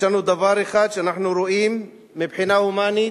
יש לנו דבר אחד שאנחנו רואים: מבחינה הומנית.